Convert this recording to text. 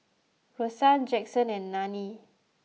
Rosann Jaxson and Nanie